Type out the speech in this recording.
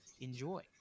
Enjoy